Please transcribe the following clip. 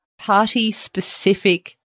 party-specific